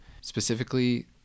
specifically